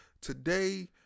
Today